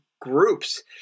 groups